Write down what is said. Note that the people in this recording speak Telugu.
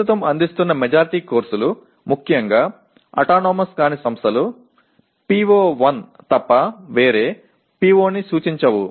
ప్రస్తుతం అందిస్తున్న మెజారిటీ కోర్సులు ముఖ్యంగా అటానమస్ కాని సంస్థలు PO1 తప్ప వేరే PO ని సూచించవు